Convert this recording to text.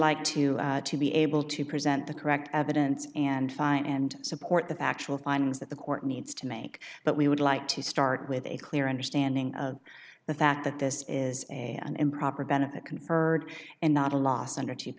like to be able to present the correct evidence and find and support the factual findings that the court needs to make but we would like to start with a clear understanding of the fact that this is an improper benefit conferred and not a loss und